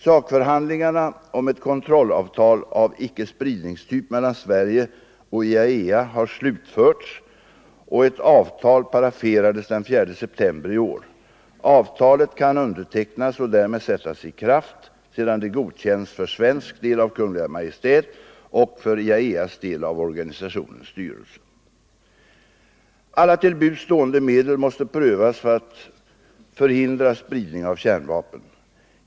Sakförhandlingarna om ett kontrollavtal av icke-spridningstyp mellan Sverige och IAEA har slutförts och ett avtal paraferades den 4 september i år. Avtalet kan undertecknas och därmed sättas i kraft sedan det godkänts, för svensk del, av Kungl. Maj:t och, för IAEA:s del, av organisationens styrelse. Alla till buds stående medel måste prövas för att förhindra spridning av kärnvapen.